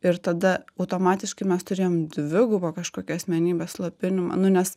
ir tada automatiškai mes turėjom dvigubą kažkokį asmenybės slopinimą nu nes